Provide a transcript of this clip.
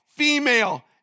female